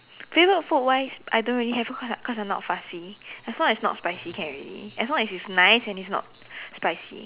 favorite food wise I don't really have cause I cause I'm not fussy as long as not spicy can already as long as it's nice and it's not spicy